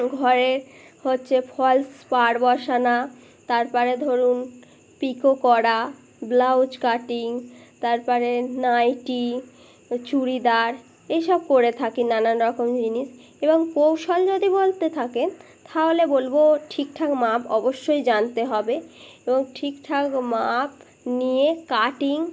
ঘরের হচ্ছে ফলস পার বসানো তারপরে ধরুন পিকো করা ব্লাউজ কাটিং তারপরে নাই টি চুড়িদার এইসব করে থাকি নানান রকম জিনিস এবং কৌশল যদি বলতে থাকেন তাহলে বলবো ঠিকঠাক মাপ অবশ্যই জানতে হবে এবং ঠিকঠাক মাপ নিয়ে কাটিং